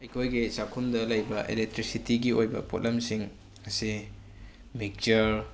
ꯑꯩꯈꯣꯏꯒꯤ ꯆꯥꯈꯨꯝꯗ ꯂꯩꯕ ꯑꯦꯂꯦꯛꯇ꯭ꯔꯤꯛꯁꯤꯇꯤꯒꯤ ꯑꯣꯏꯕ ꯄꯣꯠꯂꯝꯁꯤꯡ ꯑꯁꯦ ꯃꯤꯛꯆꯔ